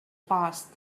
passed